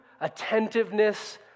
attentiveness